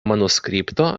manuskripto